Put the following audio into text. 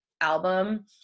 album